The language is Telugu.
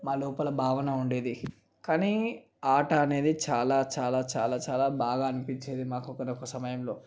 మా లోపల భావన ఉండేది కానీ ఆట అనేది చాలా చాలా చాలా చాలా బాగా అనిపించేది మాకు ఒకానొక సమయంలో